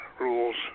rules